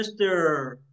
Mr